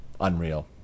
unreal